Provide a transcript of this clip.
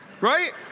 right